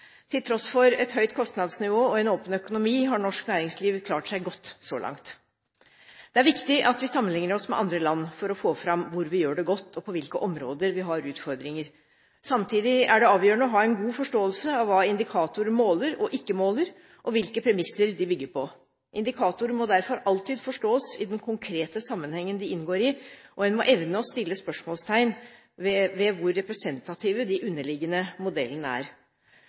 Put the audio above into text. Til tross for et høyt kostnadsnivå og en åpen økonomi har norsk næringsliv klart seg godt så langt. Det er viktig at vi sammenligner oss med andre land for å få fram hvor vi gjør det godt, og på hvilke områder vi har utfordringer. Samtidig er det avgjørende å ha en god forståelse av hva indikatorer måler og ikke måler, og hvilke premisser de bygger på. Indikatorer må derfor alltid forstås i den konkrete sammenhengen de inngår i, og en må evne å sette spørsmålstegn ved hvor representative de underliggende modellene er.